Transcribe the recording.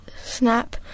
snap